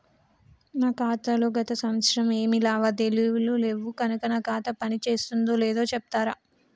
నా ఖాతా లో గత సంవత్సరం ఏమి లావాదేవీలు లేవు కనుక నా ఖాతా పని చేస్తుందో లేదో చెప్తరా?